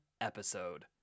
episode